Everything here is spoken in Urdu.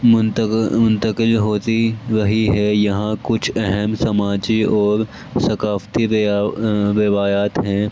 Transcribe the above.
منتقل منتقل ہوتی رہی ہے یہاں کچھ اہم سماجی اور ثقافتی روایات ہیں